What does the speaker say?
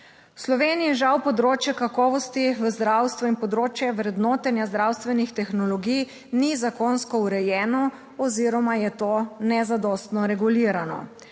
V Sloveniji žal področje kakovosti v zdravstvu in področje vrednotenja zdravstvenih tehnologij ni zakonsko urejeno oziroma je to nezadostno regulirano,